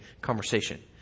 conversation